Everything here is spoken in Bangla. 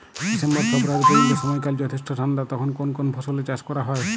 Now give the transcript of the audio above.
ডিসেম্বর ফেব্রুয়ারি পর্যন্ত সময়কাল যথেষ্ট ঠান্ডা তখন কোন কোন ফসলের চাষ করা হয়?